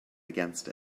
against